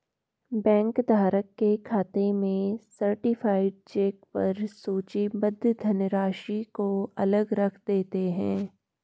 bank धारक के खाते में सर्टीफाइड चेक पर सूचीबद्ध धनराशि को अलग रख देते हैं